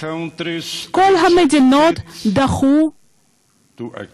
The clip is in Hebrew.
כל המדינות דחו את